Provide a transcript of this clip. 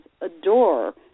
adore